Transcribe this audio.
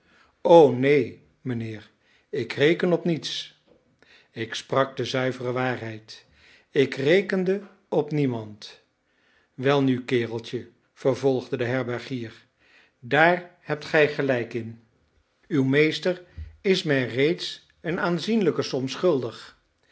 o neen mijnheer ik reken op niets ik sprak de zuivere waarheid ik rekende op niemand welnu kereltje vervolgde de herbergier daar hebt gij gelijk in uw meester is mij reeds een aanzienlijke som schuldig